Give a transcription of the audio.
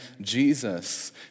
Jesus